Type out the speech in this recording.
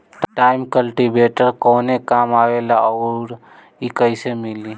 Tine cultivator कवने काम आवेला आउर इ कैसे मिली?